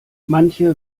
manche